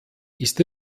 ist